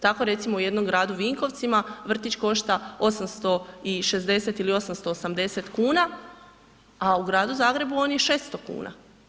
Tako recimo, u jednom gradu Vinkovcima, vrtić košta 860 ili 880 kuna, a u gradu Zagrebu, on je 600 kuna.